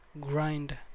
grind